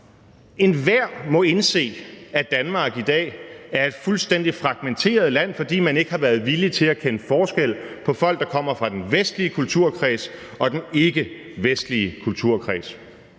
Enhver må indse, at Danmark i dag er et fuldstændig fragmenteret land, fordi man ikke har været villig til at kende forskel på folk, der kommer fra den vestlige kulturkreds, og folk, der kommer fra den ikkevestlige kulturkreds.